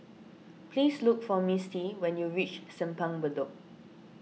please look for Misti when you reach Simpang Bedok